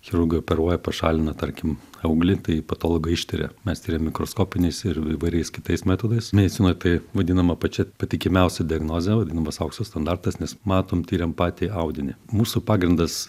chirurgai operuoja pašalina tarkim auglį tai patologai ištiria mes tiriam mikroskopiniais ir įvairiais kitais metodais medicinoj tai vadinama pačia patikimiausia diagnoze vadinamas aukso standartas nes matom tiriam patį audinį mūsų pagrindas